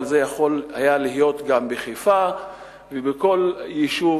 אבל זה היה יכול להיות גם בחיפה ובכל יישוב